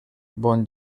bon